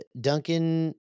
Duncan